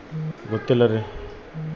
ಬೇಜಗಳಲ್ಲಿ ಯಾವ ತರಹದ ಬೇಜಗಳು ಅದವರಿ?